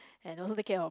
and also take care of my